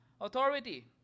authority